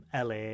la